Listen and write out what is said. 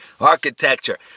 architecture